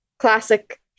classic